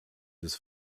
des